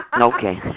Okay